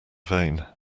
vein